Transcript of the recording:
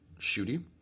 shooty